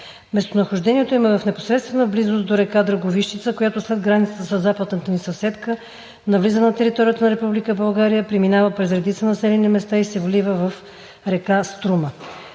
Местонахождението им е в непосредствена близост до река Драговищица, която след границата със западната ни съседка навлиза на територията на Република България, преминава през редица населени места и се влива в река Струма.